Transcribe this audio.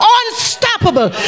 unstoppable